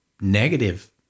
negative